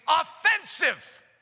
offensive